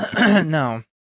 No